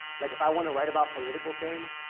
like if i want to write about political things,